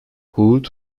hood